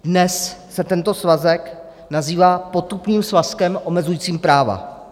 Dnes se tento svazek nazývá potupným svazkem omezujícím práva.